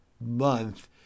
month